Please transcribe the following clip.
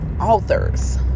authors